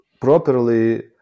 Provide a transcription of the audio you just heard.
properly